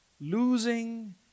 losing